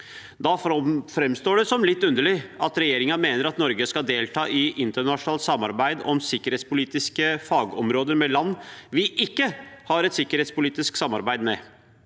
Da framstår det som litt underlig at regjeringen mener at Norge skal delta i internasjonalt samarbeid om sikkerhetspolitiske fagområder med land vi ikke har et sikkerhetspolitisk samarbeid med.